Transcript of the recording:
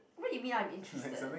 what you mean I'm interested